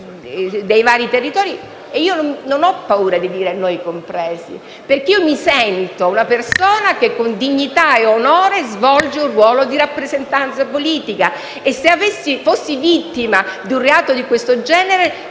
dei vari territori - e non ho paura di dire - noi compresi. Mi sento, infatti, una persona che, con dignità e onore, svolge un ruolo di rappresentanza politica e se fossi vittima di un reato di questo genere